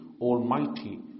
Almighty